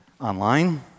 Online